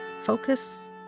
focus